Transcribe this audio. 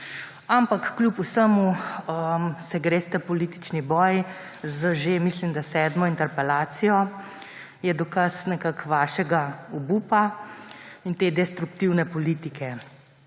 Ampak kljub vsemu se greste politični boj z že, mislim da, sedmo interpelacijo. To je dokaz vašega obupa in destruktivne politike.